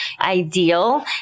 ideal